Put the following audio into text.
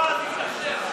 בועז השתכנע.